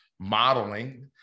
modeling